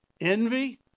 envy